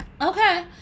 Okay